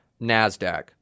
NASDAQ